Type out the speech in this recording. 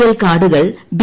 L കാർഡുകൾ B